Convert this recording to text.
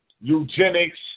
eugenics